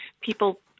people